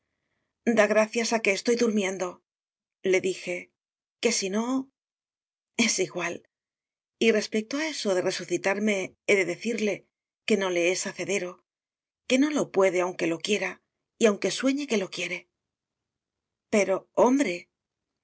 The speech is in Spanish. da gracias a que estoy durmiendole dije que si no es igual y respecto a eso de resucitarme he de decirle que no le es hacedero que no lo puede aunque lo quiera o aunque sueñe que lo quiere pero hombre sí